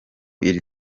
iri